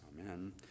Amen